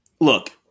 look